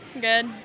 Good